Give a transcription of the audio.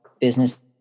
business